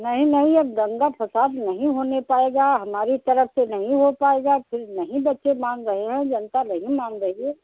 नहीं नहीं अब दंगा फ़साद नहीं होने पाएगा हमारे तरफ़ से नहीं हो पाएगा नहीं बच्चे मान रहे हैं जनता नहीं मान रही है